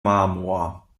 marmor